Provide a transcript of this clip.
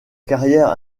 carrière